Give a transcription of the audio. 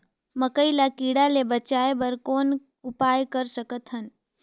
मकई ल कीड़ा ले बचाय बर कौन उपाय कर सकत हन?